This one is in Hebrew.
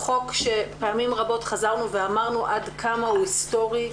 חוק שפעמים רבות חזרנו ואמרנו - עד כמה הוא היסטורי,